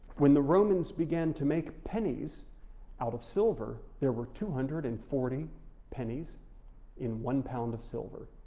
when the romans began to make pennies out of silver, there were two hundred and forty pennies in one pound of silver,